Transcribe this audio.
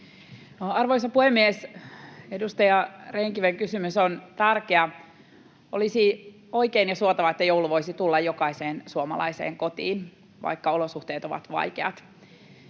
Arvoisa puhemies! Edustaja Rehn-Kiven kysymys on tärkeä. Olisi oikein ja suotavaa, että joulu voisi tulla jokaiseen suomalaiseen kotiin, vaikka olosuhteet ovat vaikeat.